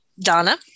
Donna